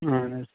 اَہَن حظ